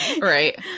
Right